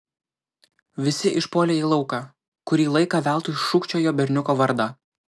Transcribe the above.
visi išpuolė į lauką kurį laiką veltui šūkčiojo berniuko vardą